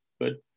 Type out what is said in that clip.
good